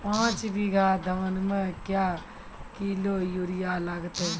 पाँच बीघा धान मे क्या किलो यूरिया लागते?